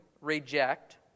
reject